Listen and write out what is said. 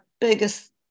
biggest